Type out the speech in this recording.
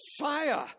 Messiah